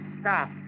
stop